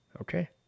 Okay